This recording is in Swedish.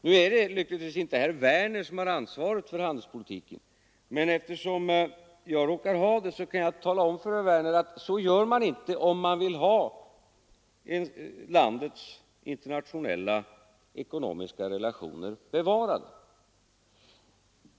Nu är det lyckligtvis inte herr Werner som har ansvaret för handelspolitiken, men eftersom jag råkar ha det, kan jag tala om för herr Werner att man inte gör så, om man vill ha landets internationella ekonomiska relationer bevarade.